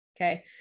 okay